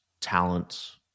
talent